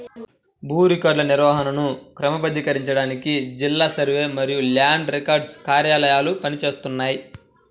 భూ రికార్డుల నిర్వహణను క్రమబద్ధీకరించడానికి జిల్లా సర్వే మరియు ల్యాండ్ రికార్డ్స్ కార్యాలయాలు పని చేస్తున్నాయి